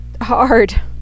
hard